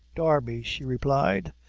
darby, she replied,